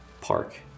park